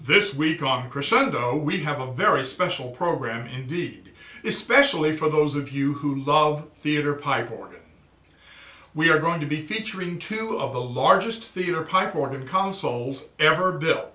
this week off crescendo we have a very special program indeed especially for those of you who love theater pipe organ we are going to be featuring two of the largest theater pipe organ console's ever buil